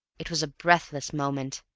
it was a breathless moment.